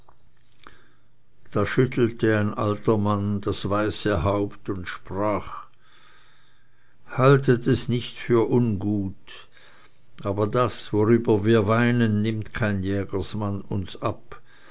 da schüttelte ein alter mann das weiße haupt und sprach haltet es nicht für ungut aber das worüber wir weinen nimmt kein jägersmann uns ab